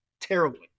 terribly